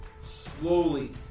slowly